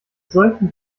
solchen